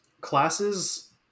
classes